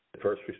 first